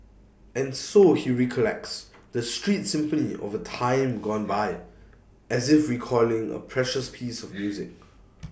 and so he recollects the street symphony of A time gone by as if recalling A precious piece of music